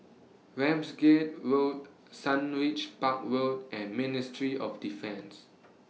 Ramsgate Road Sundridge Park Road and Ministry of Defence